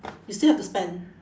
you still have to spend